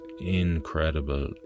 incredible